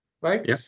right